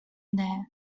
there